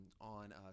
on